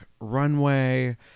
runway